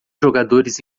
jogadores